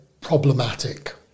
problematic